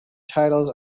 titles